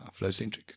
Flowcentric